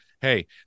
hey